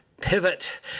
pivot